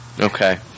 okay